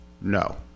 No